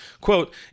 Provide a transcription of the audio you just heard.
quote